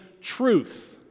truth